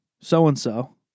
so-and-so